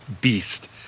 beast